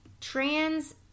Trans